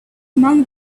among